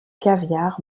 caviar